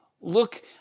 Look